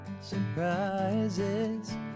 surprises